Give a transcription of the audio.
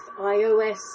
iOS